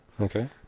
Okay